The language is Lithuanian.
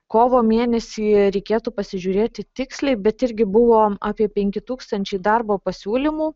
kovo mėnesį reikėtų pasižiūrėti tiksliai bet irgi buvo apie penki tūkstančiai darbo pasiūlymų